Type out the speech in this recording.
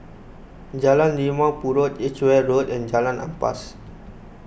Jalan Limau Purut Edgeware Road and Jalan Ampas